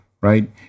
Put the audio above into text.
right